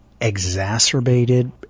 exacerbated